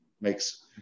makes